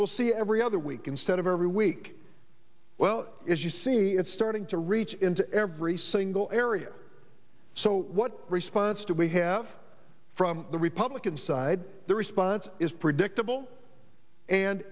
we'll see every other week instead of every week well as you see it's starting to reach into every single area so what response to we have from the republican side the response is predictable and